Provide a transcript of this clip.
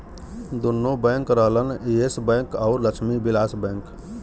दुन्नो बैंक रहलन Yes Bank अउर लक्ष्मी विलास बैंक